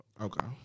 Okay